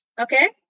okay